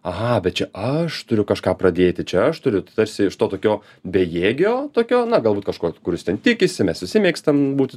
aha bet čia aš turiu kažką pradėti čia aš turiu tarsi iš to tokio bejėgio tokio na galbūt kažko kuris ten tikisi mes visi mėgstam būt